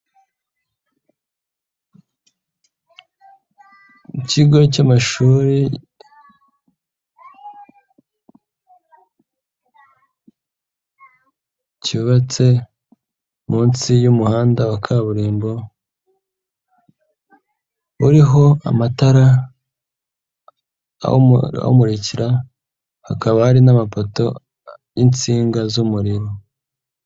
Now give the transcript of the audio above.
Ikigo cy'amashuri cyubatse munsi y'umuhanda wa kaburimbo, uriho amatara awumurikira, hakaba hari n'amapoto y'insinga z'umuriro.